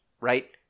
right